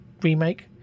remake